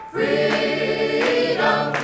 Freedom